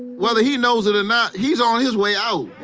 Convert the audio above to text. whether he knows it or not, he's on his way out.